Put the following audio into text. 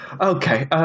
okay